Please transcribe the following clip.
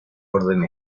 orden